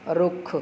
ਰੁੱਖ